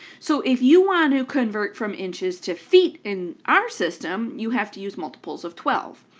so if you want to convert from inches to feet in our system, you have to use multiples of twelve.